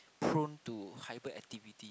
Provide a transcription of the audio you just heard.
prone to hyperactivity